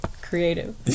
Creative